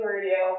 Radio